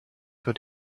what